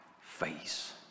face